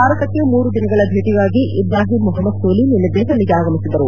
ಭಾರತಕ್ಕೆ ಮೂರು ದಿನಗಳ ಭೇಟಗಾಗಿ ಇಬ್ರಾಹಿಂ ಮೊಹಮ್ಮದ್ ಸೋಲಿ ನಿನ್ನೆ ದೆಹಲಿಗೆ ಆಗಮಿಸಿದರು